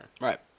Right